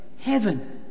Heaven